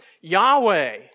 Yahweh